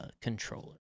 controller